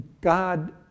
God